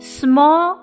small